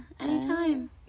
anytime